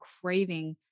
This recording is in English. craving